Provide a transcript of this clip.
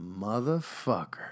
motherfucker